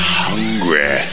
hungry